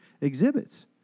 exhibits